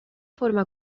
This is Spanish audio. forma